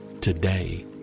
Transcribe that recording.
today